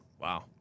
Wow